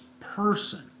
person